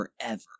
forever